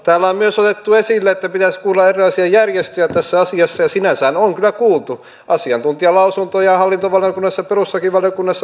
täällä on myös otettu esille että pitäisi kuulla erilaisia järjestöjä tässä asiassa ja sinänsähän on kyllä kuultu asiantuntijalausuntoja hallintovaliokunnassa ja perustuslakivaliokunnassa kuultu